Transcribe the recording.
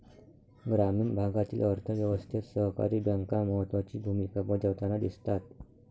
ग्रामीण भागातील अर्थ व्यवस्थेत सहकारी बँका महत्त्वाची भूमिका बजावताना दिसतात